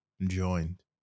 joined